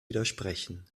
widersprechen